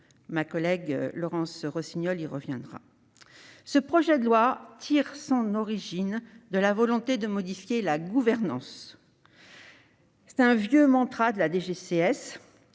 ma collègue Laurence Rossignol reviendra sur ce point. Ce projet de loi tire son origine de la volonté de modifier la gouvernance du secteur, vieux mantra de la DGCS